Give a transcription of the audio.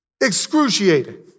Excruciating